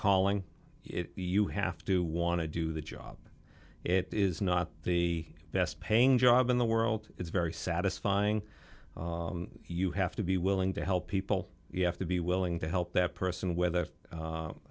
calling you have to want to do the job it is not the best paying job in the world it's very satisfying you have to be willing to help people you have to be willing to help that person whether